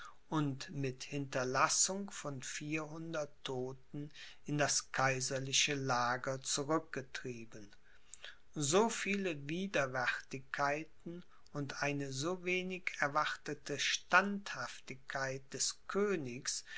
und mit hinterlassung von vierhundert todten in das kaiserliche lager zurückgetrieben so viele widerwärtigkeiten und eine so wenig erwartete standhaftigkeit des königs